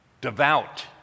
devout